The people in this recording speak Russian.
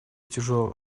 тяжелый